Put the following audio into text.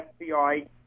FBI